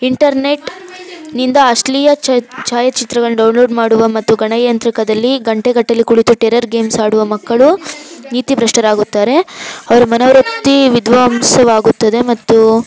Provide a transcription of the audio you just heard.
ಇಂಟರ್ನೆಟ್ನಿಂದ ಅಶ್ಲೀಲ ಚ ಛಾಯಾಚಿತ್ರಗಳ್ನ ಡೌನ್ಲೋಡ್ ಮಾಡುವ ಮತ್ತು ಗಣಯಂತ್ರಕದಲ್ಲಿ ಗಂಟೆಗಟ್ಟಲೆ ಕುಳಿತು ಟೆರರ್ ಗೇಮ್ಸ್ ಆಡುವ ಮಕ್ಕಳು ನೀತಿಭ್ರಷ್ಟರಾಗುತ್ತಾರೆ ಅವರ ಮನೋವೃತ್ತಿ ವಿಧ್ವಂಸವಾಗುತ್ತದೆ ಮತ್ತು